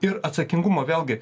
ir atsakingumo vėlgi